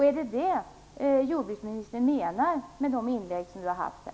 Är det detta som jordbruksministern menar med sina inlägg här?